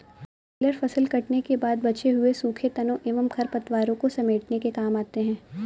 baler फसल कटने के बाद बचे हुए सूखे तनों एवं खरपतवारों को समेटने के काम आते हैं